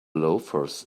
loafers